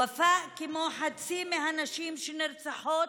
ופאא, כמו חצי מהנשים הנרצחות,